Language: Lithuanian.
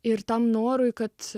ir tam norui kad